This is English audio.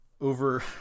over